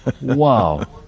Wow